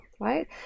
right